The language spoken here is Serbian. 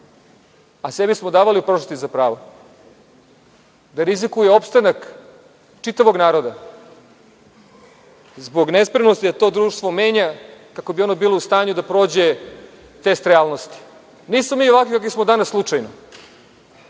a sebi smo davali u prošlosti za pravo, da rizikuje opstanak čitavog naroda zbog nespremnosti da to društvo menja kako bi ono bilo u stanju da prođe test realnosti. Nismo mi ovde kakvi smo danas slučajno.